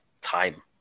time